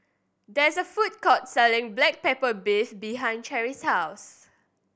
there is a food court selling black pepper beef behind Cherry's house